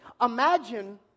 Imagine